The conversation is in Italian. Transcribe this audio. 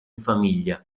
famiglia